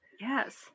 Yes